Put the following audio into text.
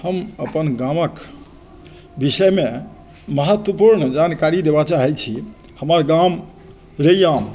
हम अपन गामक विषयमे महत्वपूर्ण जानकारी देबय चाहैत छी हमर गाम रैयाम